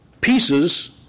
pieces